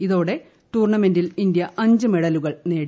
ഇതോടെ ടൂർണമെന്റിൽ ഇന്ത്യ അഞ്ച് മെഡലുകൾ നേടി